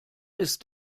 ist